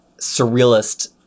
surrealist